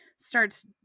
starts